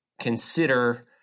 consider